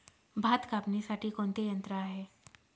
भात कापणीसाठी कोणते यंत्र आहे?